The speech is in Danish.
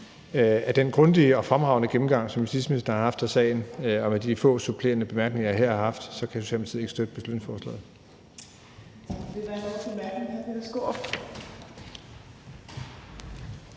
fra den grundige og fremragende gennemgang, som justitsministeren har givet af sagen, og med de få supplerende bemærkninger, jeg her har givet, så kan Socialdemokratiet ikke støtte beslutningsforslaget.